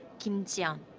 kim ji-yeon,